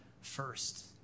first